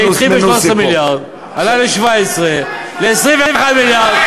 זה התחיל ב-13 מיליארד, עלה ל-17, ל-21 מיליארד.